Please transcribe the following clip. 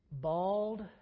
bald